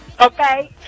okay